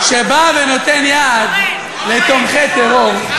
בא ונותן יד לתומכי טרור,